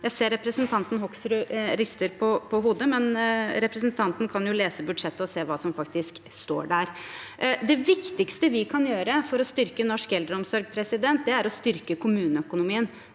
Jeg ser at representanten Hoksrud rister på hodet, men representanten kan jo lese budsjettet og se hva som faktisk står der. Det viktigste vi kan gjøre for å styrke norsk eldreomsorg, er å styrke kommuneøkonomien.